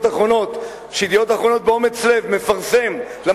אחרונות" ו"ידיעות אחרונות" מפרסם באומץ לב,